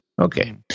Okay